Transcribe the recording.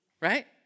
right